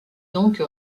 donc